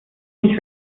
mich